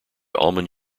almond